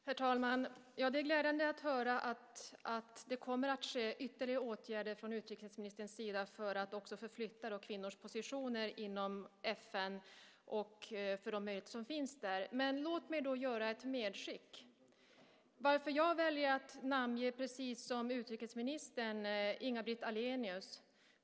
Herr talman! Det är glädjande att höra att det kommer att ske ytterligare åtgärder från utrikesministerns sida för att med de möjligheter som finns flytta kvinnors positioner inom FN. Låt mig då göra ett medskick. Jag väljer att namnge, precis som utrikesministern, Inga-Britt Ahlenius.